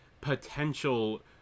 potential